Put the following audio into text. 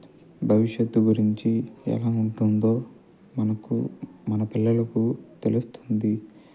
భవిష్యత్తు గురించి ఎలా ఉంటుందో మనకు మన పిల్లలకు తెలుస్తుంది